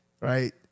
right